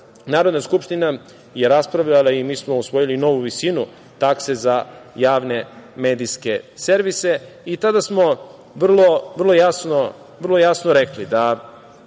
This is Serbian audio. Narodna skupština je raspravljala i mi smo usvojili novu visinu takse za javne medijske servise i tada smo vrlo jasno rekli,